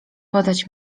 podać